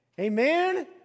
Amen